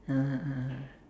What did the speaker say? (uh huh) (uh huh)